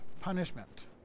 punishment